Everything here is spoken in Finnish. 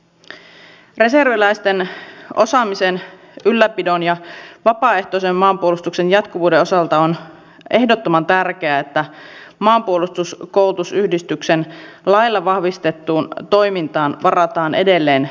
minun mielestäni tämä lainvalmistelu oli viime kaudella samantyyppistä kuin on tälläkin vaalikaudella enkä minä tässä näe isoa ongelmaa